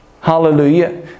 Hallelujah